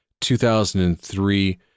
2003